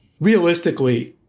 Realistically